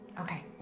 Okay